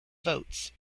votes